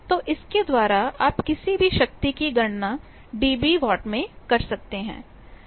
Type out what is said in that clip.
तो इसके द्वारा आप किसी भी शक्ति की गणना dBw में कर सकते हैं